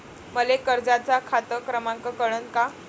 मले कर्जाचा खात क्रमांक कळन का?